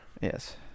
Yes